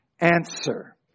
answer